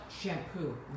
shampoo